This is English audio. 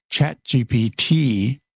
ChatGPT